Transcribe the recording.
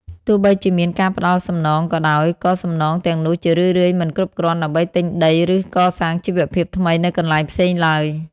ទោះបីជាមានការផ្តល់សំណងក៏ដោយ ក៏សំណងទាំងនោះជារឿយៗមិនគ្រប់គ្រាន់ដើម្បីទិញដី ឬកសាងជីវភាពថ្មីនៅកន្លែងផ្សេងឡើយ។